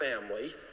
family